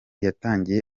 yatangiye